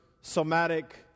somatic